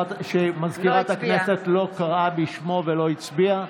שמזכירת הכנסת לא קראה בשמו ולא הצביע?